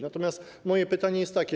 Natomiast moje pytanie jest takie.